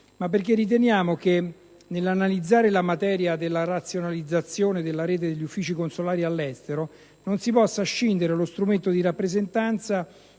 ma perché riteniamo che, nell'analizzare la materia della razionalizzazione della rete degli uffici consolari all'estero, non si possa scindere lo strumento di rappresentanza,